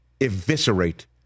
eviscerate